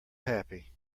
happy